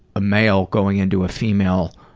a male going into a female,